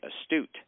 astute